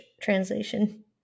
translation